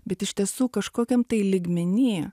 bet iš tiesų kažkokiam tai lygmeny